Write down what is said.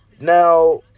Now